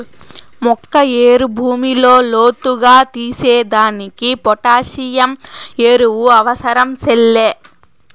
మొక్క ఏరు భూమిలో లోతుగా తీసేదానికి పొటాసియం ఎరువు అవసరం సెల్లే